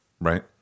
Right